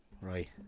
Right